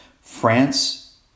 France